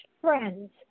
friends